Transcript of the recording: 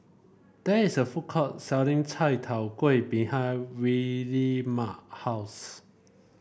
there is a food court selling Chai Tow Kway behind Williemae house